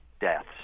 deaths